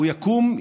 הוא יקום,